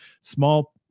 small